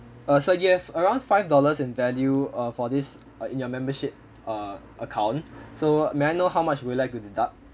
uh sir you have around five dollars in value uh for this uh in your membership uh account so may I know how much would you like to deduct